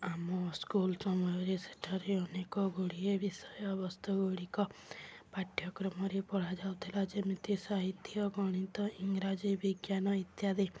ଆମ ସ୍କୁଲ୍ ସମୟରେ ସେଠାରେ ଅନେକ ଗୁଡ଼ିଏ ବିଷୟବସ୍ତୁ ଗୁଡ଼ିକ ପାଠ୍ୟକ୍ରମରେ ପଢ଼ା ଯାଉଥିଲା ଯେମିତି ସାହିତ୍ୟ ଗଣିତ ଇଂରାଜୀ ବିଜ୍ଞାନ ଇତ୍ୟାଦି